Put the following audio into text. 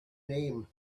name